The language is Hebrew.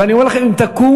ואני אומר לכם שאם תקום,